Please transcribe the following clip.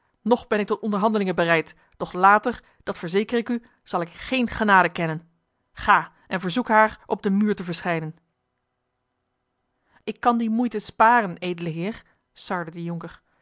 nog ben ik tot onderhandelingen bereid doch later dat verzeker ik u zal ik geen genade kennen ga en verzoek haar op den muur te verschijnen ik kan die moeite sparen edele heer sarde de jonker